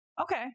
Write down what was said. Okay